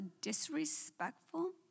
disrespectful